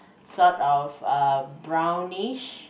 sort of uh brownish